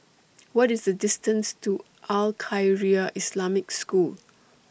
What IS The distance to Al Khairiah Islamic School